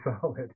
solid